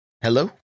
Hello